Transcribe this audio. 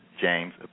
James